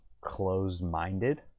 closed-minded